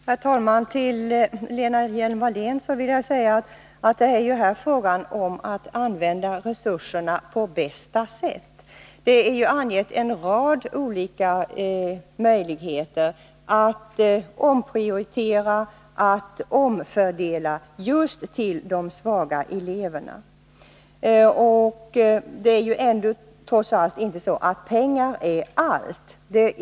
Herr talman! Till Lena Hjelm-Wallén vill jag säga att det är fråga om att använda resurserna på bästa sätt. En rad olika möjligheter att omprioritera och omfördela just till de svaga eleverna har angetts. Pengar är ändå inte allt.